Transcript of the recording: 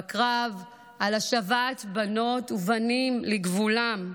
בקרב על השבת בנות ובנים לגבולם,